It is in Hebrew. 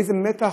איזה מתח,